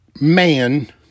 man